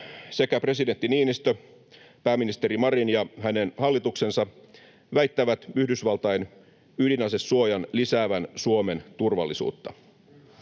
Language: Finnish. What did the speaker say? sekä presidentti Niinistö että pääministeri Marin ja hänen hallituksensa väittävät Yhdysvaltain ydinasesuojan lisäävän Suomen turvallisuutta.